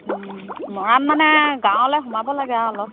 মৰাণ মানে গাঁৱলে সোমাব লাগে আৰু অলপ